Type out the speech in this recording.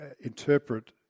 interpret